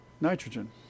nitrogen